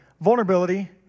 Vulnerability